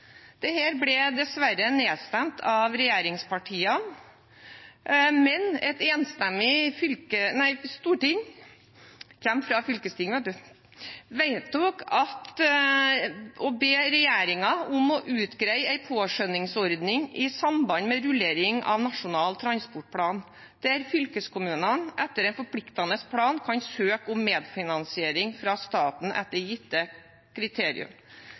Det ble dessverre nedstemt av regjeringspartiene, men et enstemmig storting vedtok å be regjeringen om å «utgreie ei påskjøningsordning i samband med rullering av Nasjonal transportplan, der fylkeskommunen etter ein forpliktande plan kan søkje om medfinansiering frå staten etter gitte kriterium».